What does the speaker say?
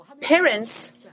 parents